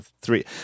three